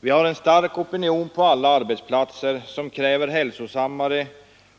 Vi har nu på alla arbetsplatser en stark opinion som kräver hälsosammare